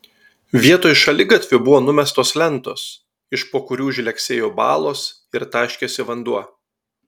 vietoj šaligatvių buvo numestos lentos iš po kurių žlegsėjo balos ir taškėsi vanduo